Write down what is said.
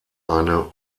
eine